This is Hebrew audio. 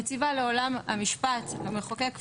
המציאות שאנחנו מדברות עליה,